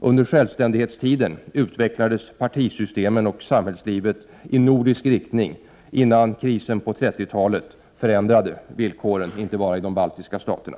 Under självständighetstiden utvecklades partisyste men och samhällslivet i nordisk riktning, innan krisen på 30-talet förändrade Prot. 1988/89:30 villkoren, inte bara i de baltiska staterna.